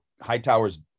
hightower's